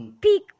peak